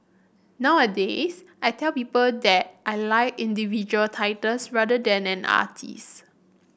nowadays I tell people that I like individual titles rather than an artist